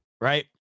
right